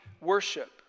worship